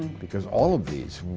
because all of these,